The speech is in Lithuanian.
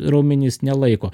raumenys nelaiko